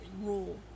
rule